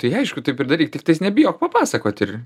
tai aišku taip ir daryk tiktais nebijok papasakot ir